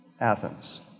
Athens